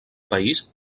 país